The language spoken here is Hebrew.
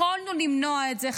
יכולנו למנוע את זה.